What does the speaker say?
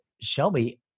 Shelby